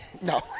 No